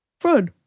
Fred